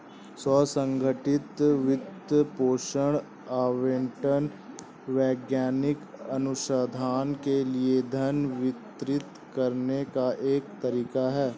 स्व संगठित वित्त पोषण आवंटन वैज्ञानिक अनुसंधान के लिए धन वितरित करने का एक तरीका हैं